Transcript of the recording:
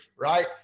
right